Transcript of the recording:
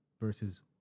versus